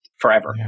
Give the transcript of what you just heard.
forever